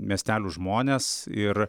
miestelių žmones ir